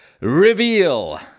reveal